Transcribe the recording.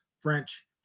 French